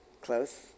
Close